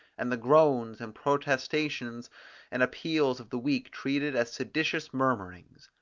and the groans, and protestations and appeals of the weak treated as seditious murmurings.